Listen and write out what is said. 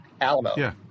Alamo